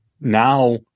Now